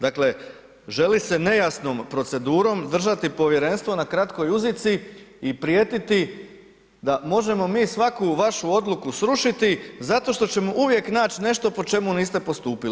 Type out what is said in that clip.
Dakle želi se nejasnom procedurom držati povjerenstvo na kratkoj uzici i prijetiti da možemo mi svaku vašu odluku srušiti zato što ćemo uvijek naći nešto po čemu niste postupili.